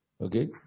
Okay